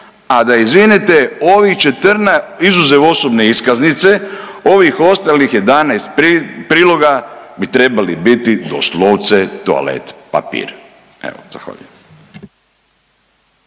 a da izvinete ovih 14 izuzev osobne iskaznice, ovih ostalih 11 priloga bi trebali biti doslovce toalet papir, evo zahvaljujem.